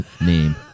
name